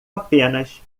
apenas